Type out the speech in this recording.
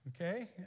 Okay